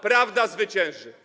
Prawda zwycięży.